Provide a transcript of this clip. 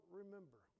remember